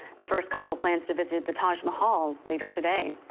the first couple plans to visit the taj mahal later today.